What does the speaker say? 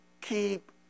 keep